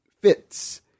fits